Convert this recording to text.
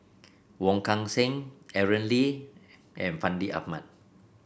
Wong Kan Seng Aaron Lee and Fandi Ahmad